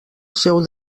seu